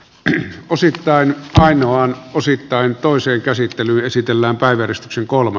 yhä osittain ainoan osittain toisen käsittely keskeytetään